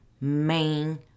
main